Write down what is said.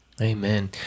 Amen